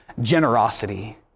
generosity